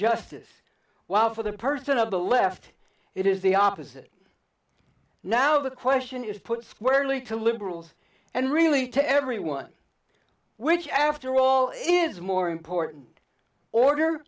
justice while for the person of the left it is the opposite now the question is put squarely to liberals and really to everyone which after all it is more important order